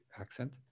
accent